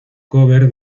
cover